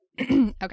okay